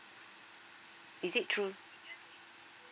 is it through